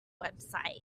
website